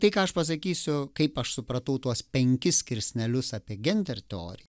tai ką aš pasakysiu kaip aš supratau tuos penkis skirsnelius apie gender teoriją